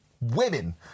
Women